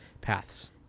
paths